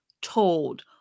told